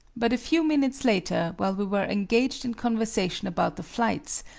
but a few minutes later, while we were engaged in conversation about the flights,